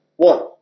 One